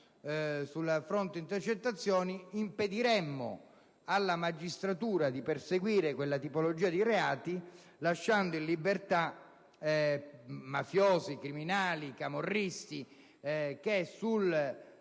sul fronte intercettazioni, impediremo alla magistratura di perseguire quella tipologia di reati lasciando in libertà mafiosi, criminali e camorristi che sul